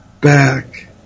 back